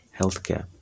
healthcare